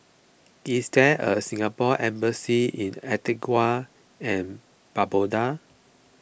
is there a Singapore Embassy in Antigua and Barbuda